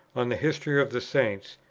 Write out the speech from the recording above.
on the history of the saints,